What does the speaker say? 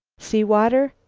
see water.